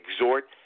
exhort